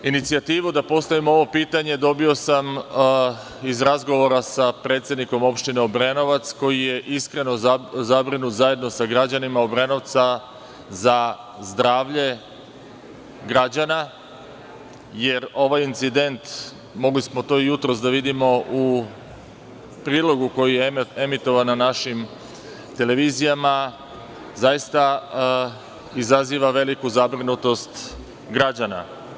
Inicijativu da postavim ovo pitanje dobio sam iz razgovora sa predsednikom opštine Obrenovac koji je iskreno zabrinut, zajedno sa građanima Obrenovca, za zdravlje građana, jer ovaj incident, mogli smo to i jutros da vidimo u prilogu koji je emitovan na našim televizijama, zaista izaziva veliku zabrinutost građana.